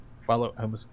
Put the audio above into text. follow